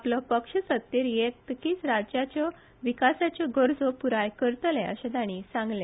आपलो पक्ष सत्तेर येतकीच राज्याच्यो विकासाच्यो गरजो प्राय करतले अशें तांणी सांगले